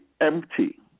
empty